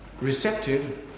receptive